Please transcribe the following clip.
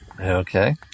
Okay